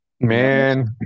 Man